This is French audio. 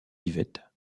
yvette